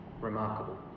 Remarkable